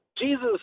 Jesus